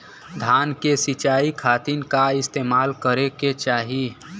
धान के सिंचाई खाती का इस्तेमाल करे के चाही?